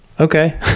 Okay